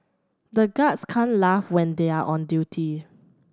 the guards can't laugh when they are on duty